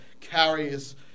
carries